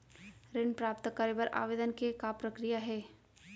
ऋण प्राप्त करे बर आवेदन के का प्रक्रिया हे?